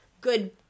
good